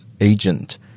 agent